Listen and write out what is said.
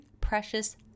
precious